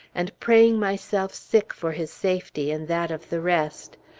and praying myself sick for his safety and that of the rest.